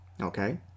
Okay